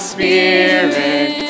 Spirit